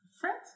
Friends